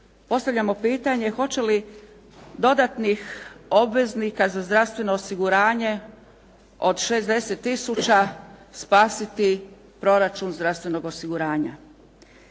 Postavljamo pitanje hoće li dodatnih obveznika za zdravstveno osiguranje od 60 tisuća spasiti proračun zdravstvenog osiguranja.